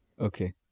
Okay